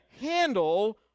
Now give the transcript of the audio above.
handle